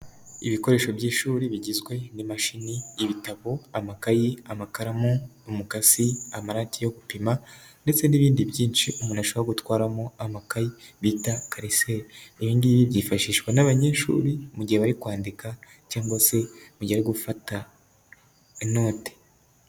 Ibikoresho by'ishuri bigizwe n'imashini ibitabo amakayi, amakaramu n'umukasi amarati yo gupima ndetse n'ibindi byinshi umuntu ashaka gutwaramo amakayi bita kariseli ibi ngibi byifashishwa n'abanyeshuri mu gihe bari kwandika cyangwa se mugihe ari gufata note.